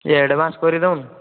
ଟିକିଏ ଏଡ଼ଭାନ୍ସ କରିଦେଉନ